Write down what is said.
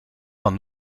van